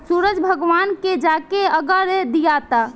सूरज भगवान के जाके अरग दियाता